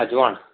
અજવણ